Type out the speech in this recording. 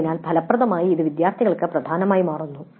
അതിനാൽ ഫലപ്രദമായി ഇത് വിദ്യാർത്ഥികൾക്ക് പ്രധാനമായി മാറുന്നു